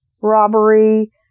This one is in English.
robbery